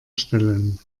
stellen